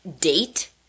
date